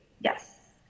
Yes